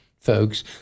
folks